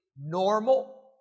normal